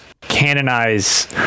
canonize